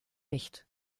nicht